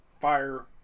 fire